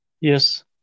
Yes